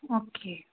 okay